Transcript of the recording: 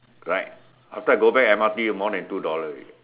right after I go back M_R_T more than two dollar already